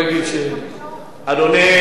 אדוני,